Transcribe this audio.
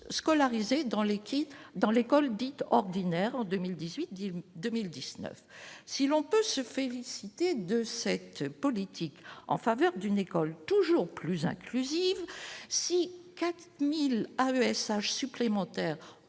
l'équipe dans l'école dite ordinaire en 2018, 2019 si l'on peut se féliciter de cette politique en faveur d'une école toujours plus inclusive, si 4000 AESH supplémentaires